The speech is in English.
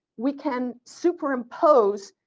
we can super impose